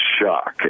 shock